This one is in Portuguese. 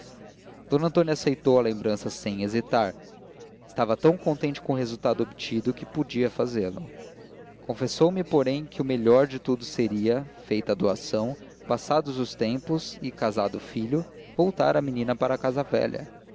d antônia aceitou a lembrança sem hesitar estava tão contente com o resultado obtido que podia fazê-lo confessou-me porém que o melhor de tudo seria feita a doação passados os tempos e casado o filho voltar a menina para a casa velha